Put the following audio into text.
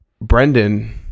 brendan